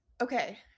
okay